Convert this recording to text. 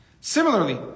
Similarly